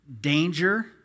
danger